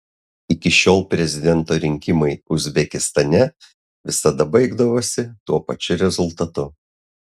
iki šiol prezidento rinkimai uzbekistane visada baigdavosi tuo pačiu rezultatu